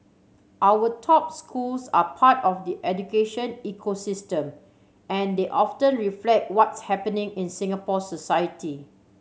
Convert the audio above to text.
our top schools are part of the education ecosystem and they often reflect what's happening in Singapore society